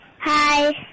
hi